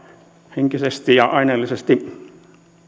henkisesti ja aineellisesti